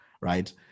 right